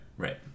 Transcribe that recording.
right